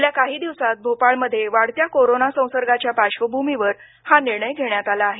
गेल्या काही दिवसात भोपाळ मध्ये वाढत्या कोरोना संसर्गाच्या पार्श्वभूमीवर हा निर्णय घेण्यात आला आहे